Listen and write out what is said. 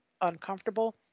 uncomfortable